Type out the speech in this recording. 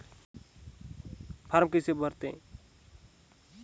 Form कइसे भरते?